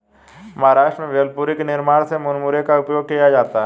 महाराष्ट्र में भेलपुरी के निर्माण में मुरमुरे का उपयोग किया जाता है